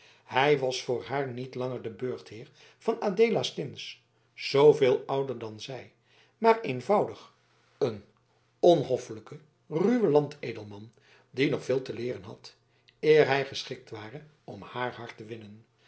hij was voor haar niet langer de burchtheer van adeelastins zooveel ouder dan zij maar eenvoudig een onhoffelijke ruwe landedelman die nog veel te leeren had eer hij geschikt ware om haar hart te winnen